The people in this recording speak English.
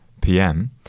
PM